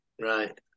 Right